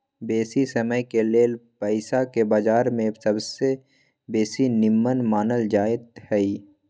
बेशी समयके लेल पइसाके बजार में सबसे बेशी निम्मन मानल जाइत हइ